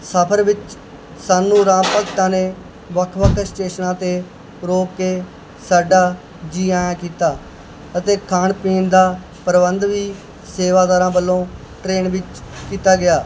ਸਫ਼ਰ ਵਿੱਚ ਸਾਨੂੰ ਰਾਮ ਭਗਤਾਂ ਨੇ ਵੱਖ ਵੱਖ ਸਟੇਸ਼ਨਾਂ 'ਤੇ ਰੋਕ ਕੇ ਸਾਡਾ ਜੀ ਆਇਆਂ ਕੀਤਾ ਅਤੇ ਖਾਣ ਪੀਣ ਦਾ ਪ੍ਰਬੰਧ ਵੀ ਸੇਵਾਦਾਰਾਂ ਵੱਲੋਂ ਟ੍ਰੇਨ ਵਿੱਚ ਕੀਤਾ ਗਿਆ